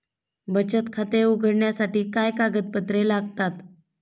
बचत खाते उघडण्यासाठी काय कागदपत्रे लागतात?